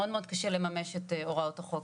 אז מאוד מאוד קשה לממש את הוראות החוק.